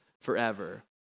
forever